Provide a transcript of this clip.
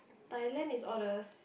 Thailand is all the